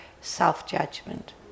self-judgment